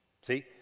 See